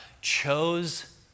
chose